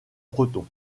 breton